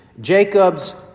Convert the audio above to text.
Jacob's